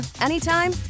anytime